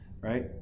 right